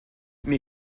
mes